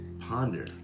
Ponder